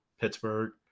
pittsburgh